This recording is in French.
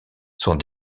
sont